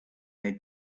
they